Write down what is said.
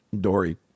Dory